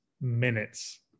minutes